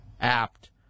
apt